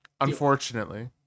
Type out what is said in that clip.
Unfortunately